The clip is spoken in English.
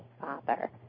Father